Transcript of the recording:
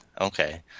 Okay